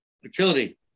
utility